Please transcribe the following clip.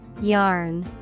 Yarn